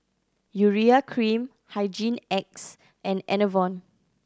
Urea Cream Hygin X and Enervon